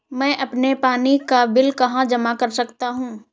मैं अपने पानी का बिल कहाँ जमा कर सकता हूँ?